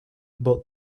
but